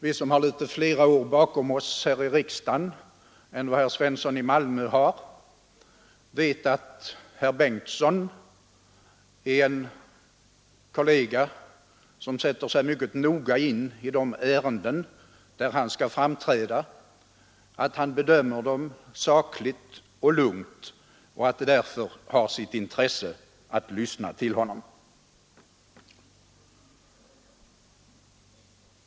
Vi som har litet flera år bakom oss här i riksdagen än herr Svensson i Malmö har vet att herr Bengtsson är en kollega som sätter sig mycket noga in i de ärenden där han skall framträda, att han bedömer dem sakligt och lugnt och att det därför har sitt intresse att lyssna till honom.